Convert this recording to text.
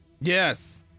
yes